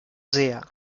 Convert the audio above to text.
sehr